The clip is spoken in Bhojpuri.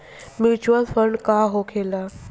म्यूचुअल फंड का होखेला?